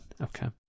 Okay